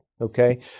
Okay